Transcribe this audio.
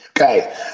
Okay